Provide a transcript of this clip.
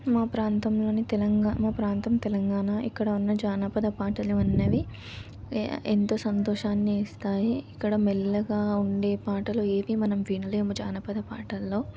మా ప్రాంతంలోని తెలంగాణ మా ప్రాంతం తెలంగాణ ఇక్కడ ఉన్న జానపద పాటలు అన్నవి ఎంతో సంతోషాన్ని ఇస్తాయి ఇక్కడ మెల్లగా ఉండే పాటలు ఏవీ మనం వినలేము జానపద పాటల్లో